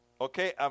Okay